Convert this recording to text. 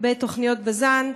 בתוכניות בז"ן.